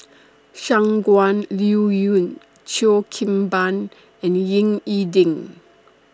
Shangguan Liuyun Cheo Kim Ban and Ying E Ding